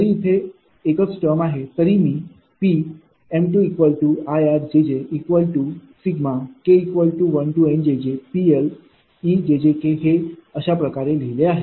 जरी इथे एकच टर्म आहे तरी मी Pm2 IR ∑Nk1 PL𝑒jjk हे याप्रकारे लिहिले आहे